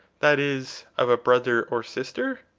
that is, of a brother or sister?